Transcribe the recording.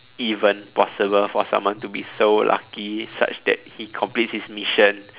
even possible for someone to be so lucky such that he completes his mission